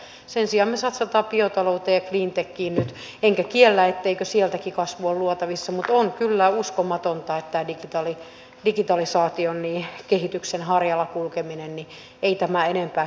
sen sijaan me satsaamme biotalouteen ja cleantechiin nyt enkä kiellä etteikö sieltäkin kasvua ole luotavissa mutta on kyllä uskomatonta että tämä digitalisaation kehityksen harjalla kulkeminen ei tämän enempää kiinnosta